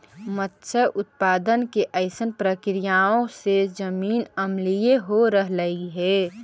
मत्स्य उत्पादन के अइसन प्रक्रियाओं से जमीन अम्लीय हो रहलई हे